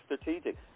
strategic